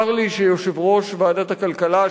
צר לי שיושב-ראש ועדת הכלכלה,